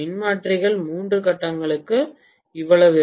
மின்மாற்றிகள் மூன்று கட்டங்களுக்கு இவ்வளவு